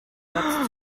satz